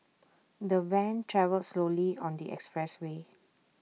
the van travelled slowly on the expressway